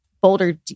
Boulder